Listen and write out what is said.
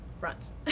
runs